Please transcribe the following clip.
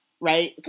Right